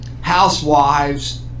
housewives